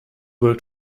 worked